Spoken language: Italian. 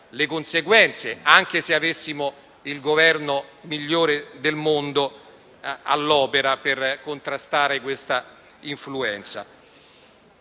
Grazie,